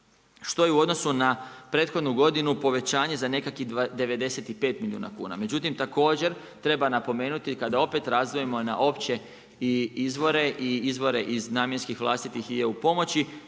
što je u odnosu na prethodnu godinu povećanje za nekakvih 95 milijuna kuna. Međutim, također treba napomenuti kada opet razdvojimo na opće izvore i izvore iz namjenskih, vlastitih i eu pomoći,